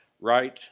right